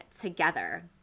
together